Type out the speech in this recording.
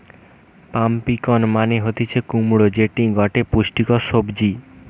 pumpkin মানে হতিছে কুমড়ো যেটি গটে পুষ্টিকর সবজি